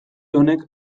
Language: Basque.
honek